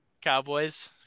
Cowboys